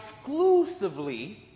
exclusively